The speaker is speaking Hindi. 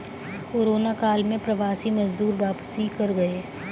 कोरोना काल में प्रवासी मजदूर वापसी कर गए